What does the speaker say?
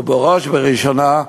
ובראש ובראשונה,